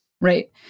Right